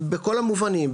בכל המובנים,